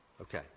Okay